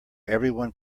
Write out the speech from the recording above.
everyone